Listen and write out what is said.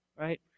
right